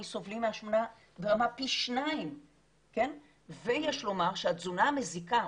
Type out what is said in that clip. סובלים מהשמנה ברמה של פי 2. ויש לומר שהתזונה המזיקה,